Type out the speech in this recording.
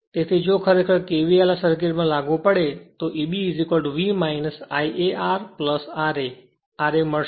તેથી જો ખરેખર KVL આ સર્કિટમાં લાગુ પડે છે ને ખરેખર Eb V Ia R ra ra મળશે